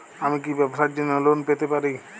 আমি কি ব্যবসার জন্য লোন পেতে পারি?